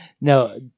No